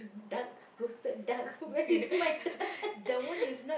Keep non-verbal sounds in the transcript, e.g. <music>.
duck roasted duck where is my duck <laughs>